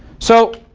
so,